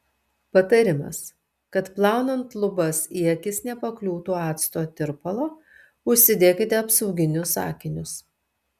patarimas kad plaunant lubas į akis nepakliūtų acto tirpalo užsidėkite apsauginius akinius